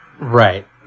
Right